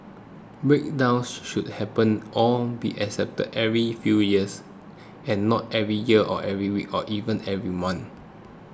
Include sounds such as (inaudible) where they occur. breakdowns (hesitation) should happen on be acceptable every few years and not every year or every week or even every month